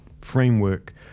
framework